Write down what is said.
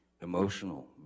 emotional